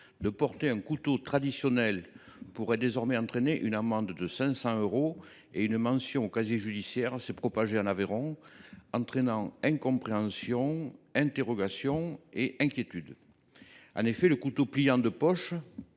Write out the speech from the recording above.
de porter un couteau traditionnel pourrait désormais entraîner une amende de 500 euros et une mention au casier judiciaire s’est propagée en Aveyron, suscitant incompréhension, interrogation et inquiétude. En effet, le couteau pliant de poche,